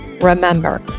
Remember